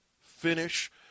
finish